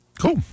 Cool